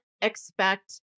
expect